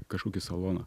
kažkokį saloną